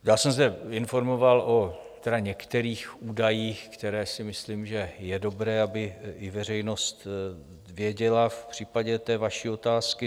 Já jsem se informoval o některých údajích, které si myslím, že je dobré, aby i veřejnost věděla v případě vaší otázky.